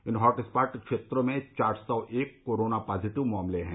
इन hotspot क्षेत्रों में चार सौ एक कोरोना पॉजिटिव मामले हैं